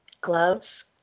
gloves